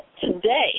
today